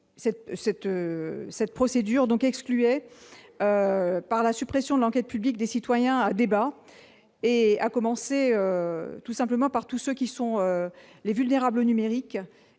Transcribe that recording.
cette procédure donc excluait par la suppression de l'enquête publique des citoyens débat et à commencer tout simplement par tous ceux qui sont les vulnérables numérique